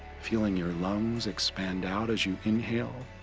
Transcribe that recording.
feeling your lungs expand out as you inhale,